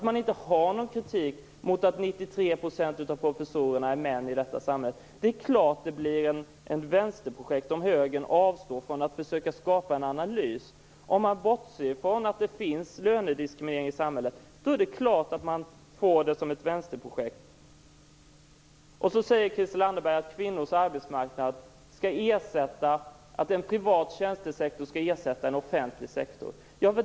Man har ingen kritik mot att 93 % av professorerna är män i detta samhälle. Det är klart att det blir ett vänsterprojekt om högern avstår från att försöka skapa en analys. Om man bortser från att det finns lönediskriminering i samhället är det klart att man får det till ett vänsterprojekt. Christel Anderberg säger att en privat tjänstesektor skall ersätta en offentlig sektor.